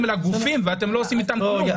אלא גופים ואתם לא עושים איתם כלום.